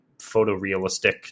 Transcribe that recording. photorealistic